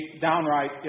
downright